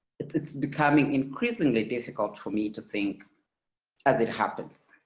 it's becoming increasingly difficult for me to think as it happens.